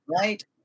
right